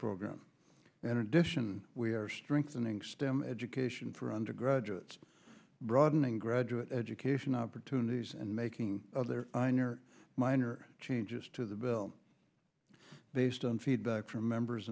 program and in addition we are strengthening stem education for undergraduate broadening graduate education opportunities and making minor changes to the bill based on feedback from members